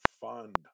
fund